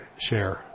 share